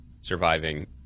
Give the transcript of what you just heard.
surviving